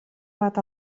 bat